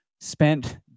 spent